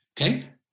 okay